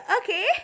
okay